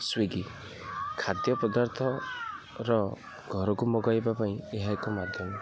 Swiggy ଖାଦ୍ୟ ପଦାର୍ଥର ଘରକୁ ମଗାଇବା ପାଇଁ ଏହା ଏକ ମାଧ୍ୟମ